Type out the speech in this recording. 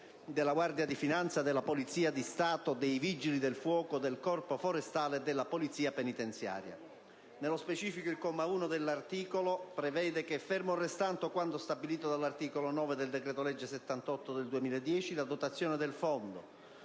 della Guardia di finanza, della Polizia di Stato, dei Vigili del fuoco, del Corpo forestale e della Polizia penitenziaria. Nello specifico, il comma 1 dell'articolo 1 prevede che, fermo restando quanto stabilito dall'articolo 9 del decreto-legge n. 78 del 2010, la dotazione del fondo